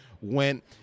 went